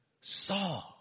Saw